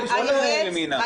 לא לימינה.